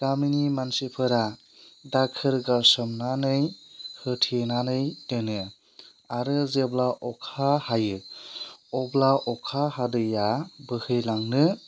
गामिनि मानसिफोरा दाखोर गारसोमनानै होथेनानै दोनो आरो जेब्ला अखा हायो अब्ला अखा हादैया बोहैलांनो